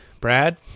Brad